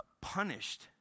punished